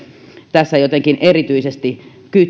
tässä jotenkin erityisesti kyttäämään